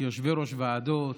כיושבי-ראש ועדות,